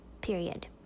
period